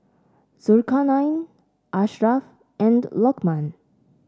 Zulkarnain Ashraff and Lokman